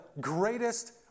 greatest